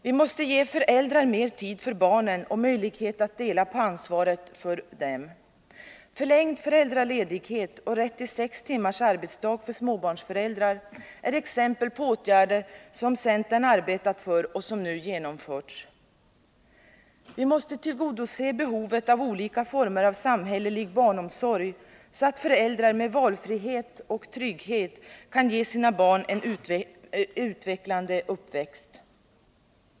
Vi måste ge föräldrar mer tid för barnen och möjlighet att dela på ansvaret för dem. Förlängd föräldraledighet och rätt till sex timmars arbetsdag för småbarnsföräldrar är exempel på åtgärder som centern arbetat för och som nu genomförts. Vi måste tillgodose behovet av olika former av samhällelig barnomsorg, så att föräldrar med valfrihet och trygghet kan ge sina barn en utvecklande uppväxt.